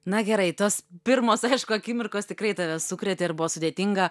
na gerai tos pirmos aišku akimirkos tikrai tave sukrėtė ir buvo sudėtinga